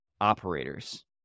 operators